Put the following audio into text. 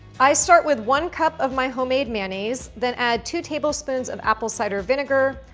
i start with one cup of my homemade mayonnaise, then add two tablespoons of apple cider vinegar,